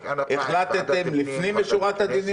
החלטתם לפנים משורת הדין,